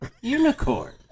unicorn